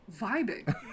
vibing